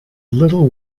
little